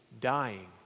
dying